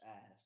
ass